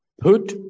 put